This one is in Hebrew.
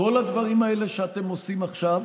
כל הדברים האלה שאתם עושים עכשיו,